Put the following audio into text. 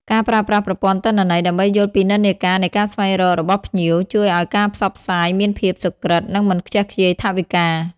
ការប្រើប្រាស់ប្រព័ន្ធទិន្នន័យ ដើម្បីយល់ពីនិន្នាការនៃការស្វែងរករបស់ភ្ញៀវ ជួយឱ្យការផ្សព្វផ្សាយមានភាពសុក្រឹត និងមិនខ្ជះខ្ជាយថវិកា។